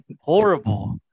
Horrible